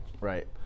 Right